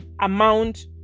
amount